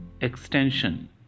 Extension